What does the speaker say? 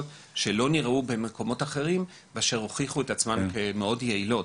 שלא נראו במקומות אחרים ואשר הוכיחו את עצמן כמאוד יעילות.